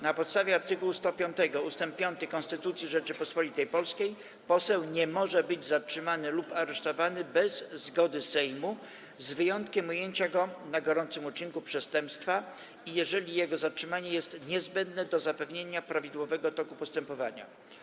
Na podstawie art. 105 ust. 5 Konstytucji Rzeczypospolitej Polskiej poseł nie może być zatrzymany lub aresztowany bez zgody Sejmu, z wyjątkiem ujęcia go na gorącym uczynku przestępstwa i jeżeli jego zatrzymanie jest niezbędne do zapewnienia prawidłowego toku postępowania.